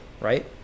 right